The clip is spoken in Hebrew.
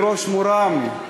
בראש מורם,